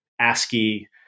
ASCII